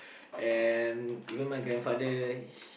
and even my grandfather